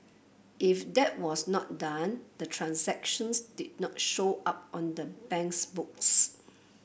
if that was not done the transactions did not show up on the bank's books